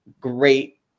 great